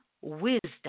Wisdom